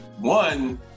one